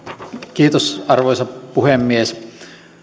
arvoisa puhemies